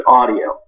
audio